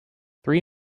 three